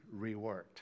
reworked